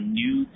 new